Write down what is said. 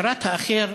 הכרת האחר